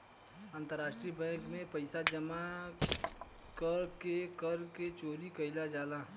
अंतरराष्ट्रीय बैंक में पइसा जामा क के कर के चोरी कईल जाला